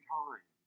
time